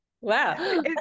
Wow